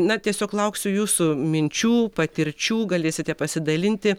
na tiesiog lauksiu jūsų minčių patirčių galėsite pasidalinti